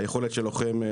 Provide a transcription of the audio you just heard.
היכולת של לוחם,